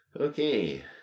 Okay